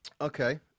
Okay